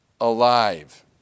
alive